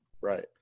Right